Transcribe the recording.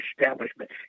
establishment